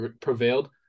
prevailed